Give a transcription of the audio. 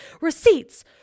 Receipts